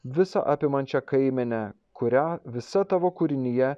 visa apimančią kaimenę kurią visa tavo kūrinyje